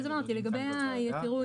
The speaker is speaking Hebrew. לגבי היתירות,